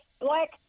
Black